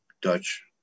Dutch